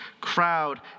crowd